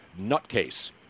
nutcase